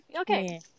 Okay